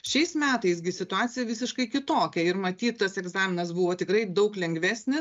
šiais metais gi situacija visiškai kitokia ir matyt tas egzaminas buvo tikrai daug lengvesnis